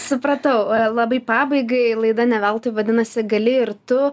supratau labai pabaigai laida ne veltui vadinasi gali ir tu